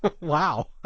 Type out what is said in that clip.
Wow